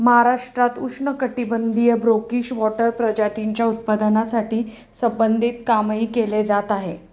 महाराष्ट्रात उष्णकटिबंधीय brackish water प्रजातींच्या उत्पादनाशी संबंधित कामही केले जात आहे